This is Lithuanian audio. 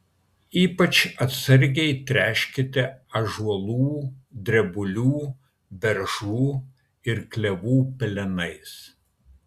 ypač atsargiai tręškite ąžuolų drebulių beržų ir klevų pelenais